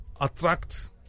attract